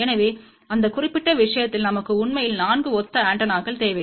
எனவே அந்த குறிப்பிட்ட விஷயத்தில் நமக்கு உண்மையில் 4 ஒத்த ஆண்டெனாக்கள் தேவை